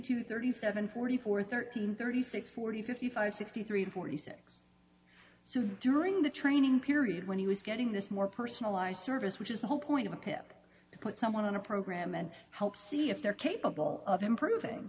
two thirty seven forty four thirteen thirty six forty fifty five sixty three to forty six so during the training period when he was getting this more personalized service which is the whole point of a pip to put someone on a program and help see if they're capable of